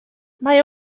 mae